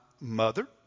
mother